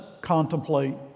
contemplate